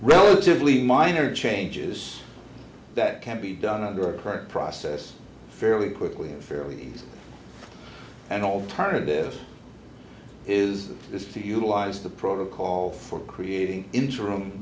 relatively minor changes that can be done under a court process fairly quickly fairly and alternative is this to utilize the protocol for creating interim